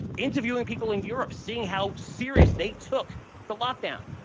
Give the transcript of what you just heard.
interviewing people in europe seeing how serious they took the lockdown,